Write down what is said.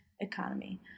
economy